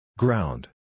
Ground